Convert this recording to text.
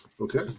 Okay